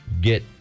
get